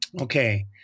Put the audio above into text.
Okay